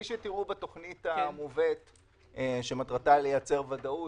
כפי שתראו בתוכנית שמובאת שמטרתה לייצר ודאות,